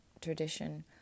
tradition